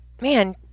man